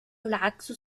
العكس